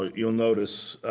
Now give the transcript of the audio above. ah you'll notice,